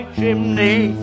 chimney